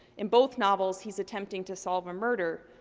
in both novels he's attempting to solve a murder.